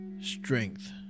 strength